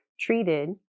treated